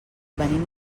venim